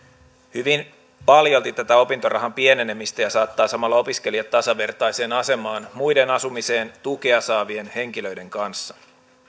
hyvin paljolti tätä opintorahan pienenemistä ja saattaa samalla opiskelijat tasavertaiseen asemaan muiden asumiseen tukea saavien henkilöiden kanssa